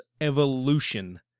Evolution